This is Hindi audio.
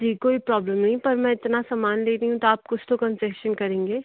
जी कोई प्रौब्लेम नहीं है पर मैं इतना समान ले रही हूँ तो आप कुछ तो कन्सेशन करेंगे